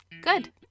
Good